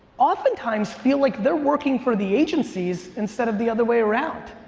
oftentimes feel like they're working for the agencies instead of the other way around.